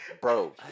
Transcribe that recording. bro